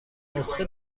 نسخه